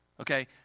okay